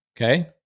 okay